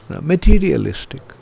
materialistic